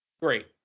Great